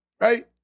right